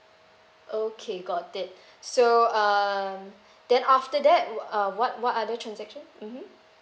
okay got it so uh then after that uh what what other transaction mmhmm